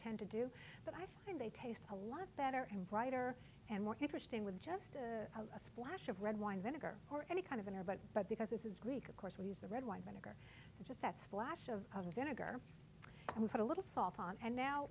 tend to do but i find they taste a lot better and brighter and more interesting with just a splash of red wine vinegar or any kind of an air but but because this is greek of course we use the red wine vinegar it's just that splash of vinegar and we put a little salt on and now